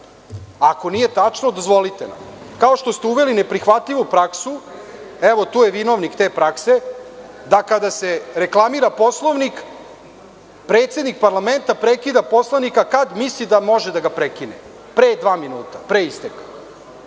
nije tačno, dozvolite nam. Kao što ste uveli neprihvatljivu praksu, tu je vinovnik te prakse, da kada se reklamira Poslovnik, predsednik parlamenta prekida poslanika kad misli da može da ga prekine, pre dva minuta, pre isteka,